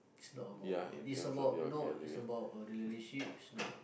is normal is normal is about not relationships no